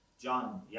John